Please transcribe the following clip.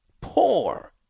poor